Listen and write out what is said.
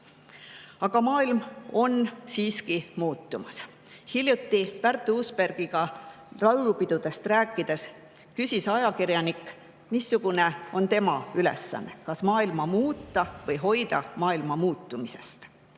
maailm on siiski muutumas. Hiljuti Pärt Uusbergiga laulupidudest rääkides küsis ajakirjanik, missugune on tema ülesanne: kas maailma muuta või hoida maailma muutumast.